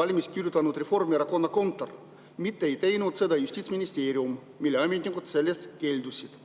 valmis kirjutanud Reformierakonna kontor. Seda ei teinud Justiitsministeerium, mille ametnikud sellest keeldusid.